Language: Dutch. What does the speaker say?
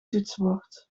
toetsenbord